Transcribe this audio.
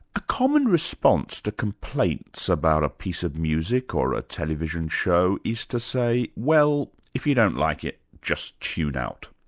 a common response to complaints about a piece of music, or a television show is to say well, if you don't like it, just tune out.